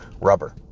rubber